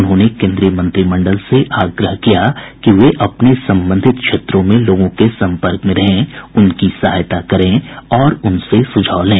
उन्होंने केन्द्रीय मंत्रिमंडल से आग्रह किया कि वे अपने संबंधित क्षेत्रों में लोगों के सम्पर्क में रहें उनकी सहायता करें और उनसे सुझाव लें